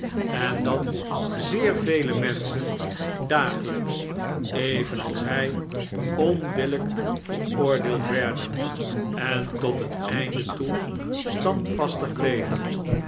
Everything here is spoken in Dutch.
en dat zeer vele menschen dageijjks evenals hij onbillijk veroordeeld werden en tot het einde toe standvastig bleven